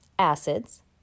Acids